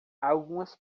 algumas